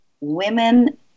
women